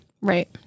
Right